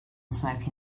smoking